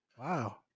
Wow